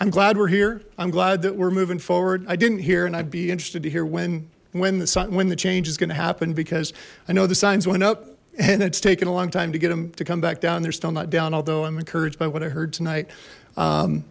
i'm glad we're here i'm glad that we're moving forward i didn't hear and i'd be interested to hear when when the sun when the change is gonna happen because i know the signs went up and it's taken a long time to get them to come back down they're still not down although i'm encouraged by what i heard tonight